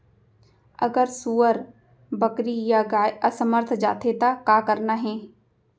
अगर सुअर, बकरी या गाय असमर्थ जाथे ता का करना हे?